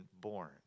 born